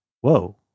whoa